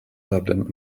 dublin